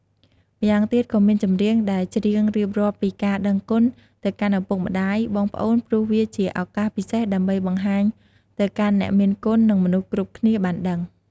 ម្យ៉ាងទៀតក៏មានចម្រៀងដែលច្រៀងរៀបរាប់ពីការដឹងគុណទៅកាន់ឪពុកម្តាយ បងប្អូនព្រោះវាជាឱកាសពិសេសដើម្បីបង្ហាញទៅកាន់អ្នកមានគុណនិងមនុស្សគ្រប់គ្នាបានដឹង។